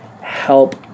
help